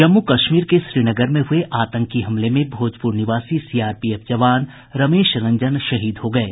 जम्मू कश्मीर के श्रीनगर में हुए आतंकी हमले में भोजपुर निवासी सीआरपीएफ जवान रमेश रंजन शहीद हो गये